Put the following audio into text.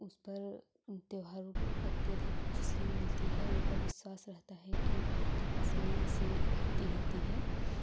उस पर त्योहारों को अत्यधिक खुशियाँ मिलती है उनका विश्वास रहता है कि इसमें ऐसी भक्ति होती है